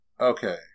Okay